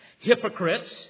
hypocrites